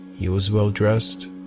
he was well dressed,